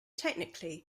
technically